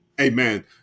amen